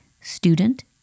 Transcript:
student